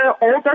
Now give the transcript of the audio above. older